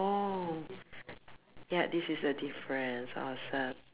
oh yup this is a difference awesome